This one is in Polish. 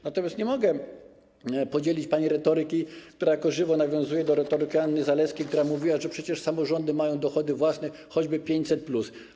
Natomiast nie mogę podzielić pani retoryki, która jako żywo nawiązuje do retoryki Anny Zalewskiej, która mówiła, że przecież samorządy mają dochody własne, choćby 500+.